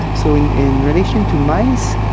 um so in in relation to mice,